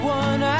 one